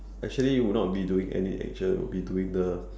actually it would not be doing any action it would be doing the